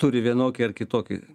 turi vienokį ar kitokį